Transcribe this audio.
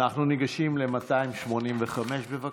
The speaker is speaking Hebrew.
אנחנו ניגשים ל-285, בבקשה.